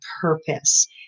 purpose